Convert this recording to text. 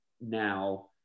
now